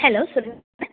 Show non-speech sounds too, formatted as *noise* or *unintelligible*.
hello சொல்லுங்க *unintelligible*